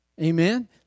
amen